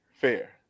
Fair